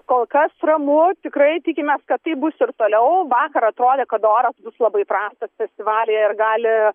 kol kas ramu tikrai tikimės kad taip bus ir toliau vakar atrodė kad oras bus labai prastas festivalyje ir gali